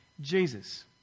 Jesus